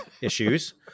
issues